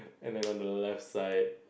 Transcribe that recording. and then on the left side